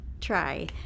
try